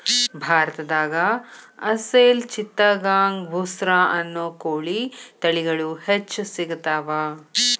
ಭಾರತದಾಗ ಅಸೇಲ್ ಚಿತ್ತಗಾಂಗ್ ಬುಸ್ರಾ ಅನ್ನೋ ಕೋಳಿ ತಳಿಗಳು ಹೆಚ್ಚ್ ಸಿಗತಾವ